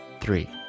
three